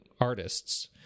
artists